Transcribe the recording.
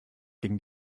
ging